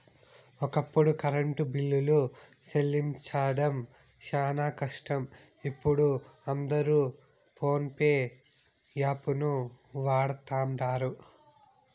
ఒకప్పుడు కరెంటు బిల్లులు సెల్లించడం శానా కష్టం, ఇపుడు అందరు పోన్పే యాపును వాడతండారు